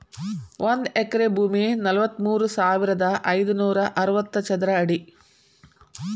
ಒಂದ ಎಕರೆ ಭೂಮಿ ನಲವತ್ಮೂರು ಸಾವಿರದ ಐದನೂರ ಅರವತ್ತ ಚದರ ಅಡಿ